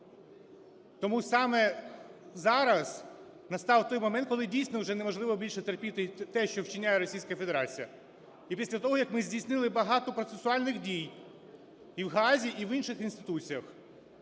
Тому саме зараз настав той момент, коли, дійсно, вже неможливо терпіти те, що вчиняє Російська Федерація. І після того, як ми здійснили багато процесуальних дій і в Гаазі, і в інших інституціях,